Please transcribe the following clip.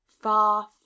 far